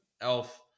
Elf